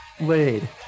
laid